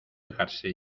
dejarse